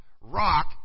rock